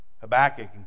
Habakkuk